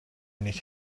need